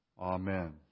Amen